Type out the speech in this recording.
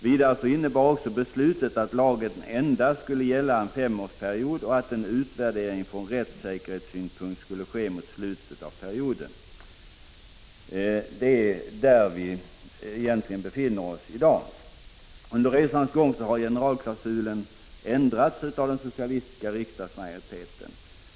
Vidare innebar beslutet att lagen skulle gälla endast en femårsperiod och att en utvärdering från rättssäkerhetssynpunkt skulle ske mot slutet av perioden. Det är egentligen där vi befinner oss i dag. Under resans gång har generalklausulen ändrats av den socialistiska riksdagsmajoriteten.